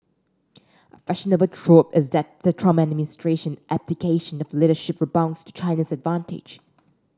a fashionable trope is that the Trump administration abdication of leadership rebounds to China's advantage